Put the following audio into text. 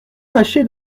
fâché